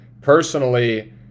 personally